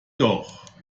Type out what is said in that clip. doch